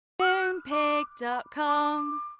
Moonpig.com